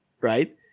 right